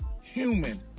human